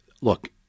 Look